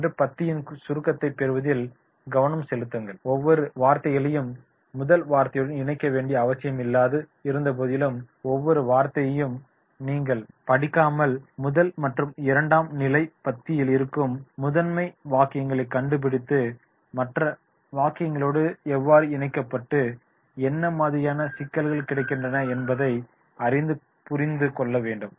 என்று பத்தியின் சுருக்கத்தைப் பெறுவதில் கவனம் செலுத்துங்கள் ஒவ்வொரு வார்த்தையையும் முதல் வார்த்தையுடன் இணைக்க வேண்டிய அவசியமில்லாது இருந்தபோதிலும் ஒவ்வொரு வார்த்தையையும் படிக்காமல் முதல் மற்றும் இரண்டாம் நிலை பத்தியில் இருக்கும் முதன்மை வாக்கியங்களைக் கண்டுபிடித்து மற்ற வாக்கியங்களோடு எவ்வாறு இணைக்கப்பட்டு என்ன மாதிரியான விளக்கங்கள் கிடைக்கின்றன என்பதைப் அறிந்து புரிந்து கொள்ள வேண்டும்